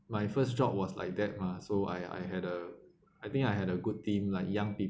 my first job was like that mah so I I had a I think I had a good team like young people